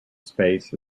space